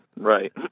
right